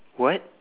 what